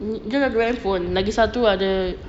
dia ada dua handphone lagi satu ada